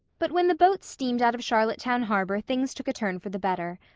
but when the boat steamed out of charlottetown harbor things took a turn for the better.